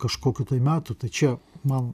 kažkokių tai metų tai čia man